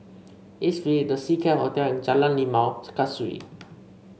east we The Seacare Hotel and Jalan Limau Kasturi